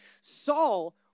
Saul